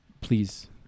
Please